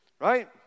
right